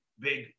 big